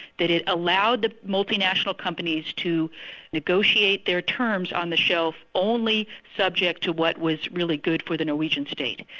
that it allowed the multinational companies to negotiate their terms on the shelf only subject to what was really good for the norwegian state.